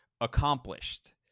accomplished